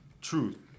Truth